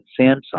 Samsung